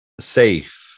safe